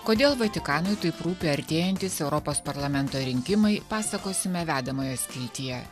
kodėl vatikanui taip rūpi artėjantys europos parlamento rinkimai pasakosime vedamojo srityje